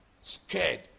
scared